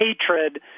hatred